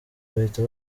bahita